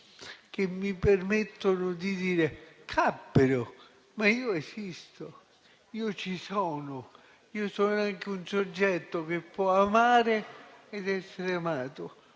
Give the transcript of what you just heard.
e mi permettono di dire: «Cappero, ma io esisto, io ci sono, io sono anche un soggetto che può amare ed essere amato».